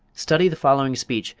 study the following speech,